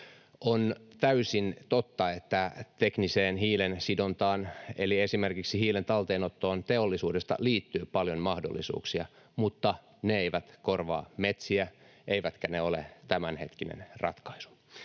On täysin totta, että tekniseen hiilensidontaan eli esimerkiksi hiilen talteenottoon teollisuudesta liittyy paljon mahdollisuuksia, mutta ne eivät korvaa metsiä, eivätkä ne ole tämänhetkinen ratkaisu.